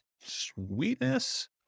Sweetness